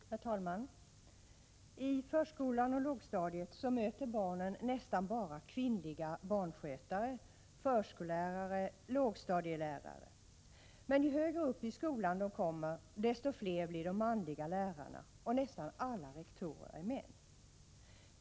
Herr talman! I förskolan och lågstadiet möter barnen nästan bara kvinnliga barnskötare, förskollärare och lågstadielärare. Men ju högre upp i skolan de kommer, desto fler blir de manliga lärarna. Nästan alla rektorer är män.